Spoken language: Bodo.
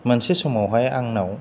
मोनसे समावहाय आंनाव